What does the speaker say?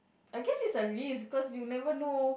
I guess it's a risk cause you never know